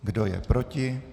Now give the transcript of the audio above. Kdo je proti?